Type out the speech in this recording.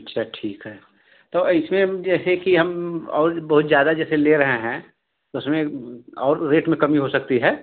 अच्छा ठीक है तो ऐसे जैसे कि हम और बहुत ज्यादा जैसे ले रहे हैं तो उसमें और रेट में कमी हो सकती है